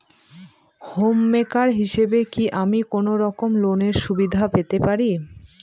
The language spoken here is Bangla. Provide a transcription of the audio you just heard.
হোম মেকার হিসেবে কি আমি কোনো রকম লোনের সুবিধা পেতে পারি?